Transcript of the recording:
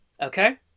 Okay